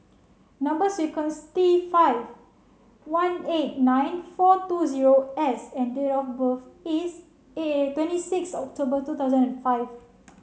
number sequence T five one eight nine four two zero S and date of birth is twenty six October two thousand and five